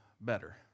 better